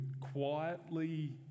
quietly